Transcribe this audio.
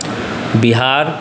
Bihar